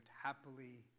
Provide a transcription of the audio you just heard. happily